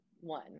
one